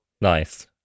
Nice